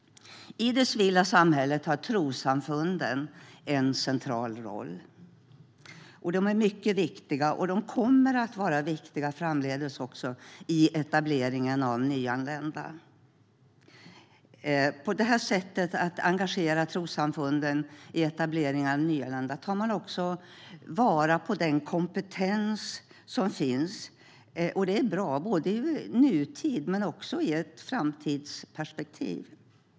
I det civila samhället har trossamfunden en central roll, och de är mycket viktiga och kommer att vara viktiga framdeles i etableringen av nyanlända. Genom att engagera trossamfunden i etableringen av nyanlända tar man också vara på den kompetens som finns, och det är bra såväl i nutid som ur ett framtidsperspektiv.